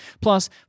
Plus